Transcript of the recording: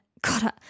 God